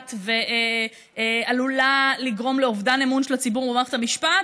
מזעזעת ועלולה לגרום לאובדן אמון של הציבור במערכת המשפט,